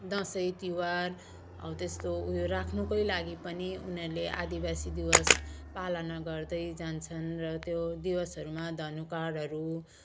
दसैँ तिहार हौ त्यस्तो उयो राख्नु कोही लागि पनि उनीहरूले आदिवासी दिवस पालन गर्दै जान्छन् र त्यो दिवसहरूमा धनुकाँडहरू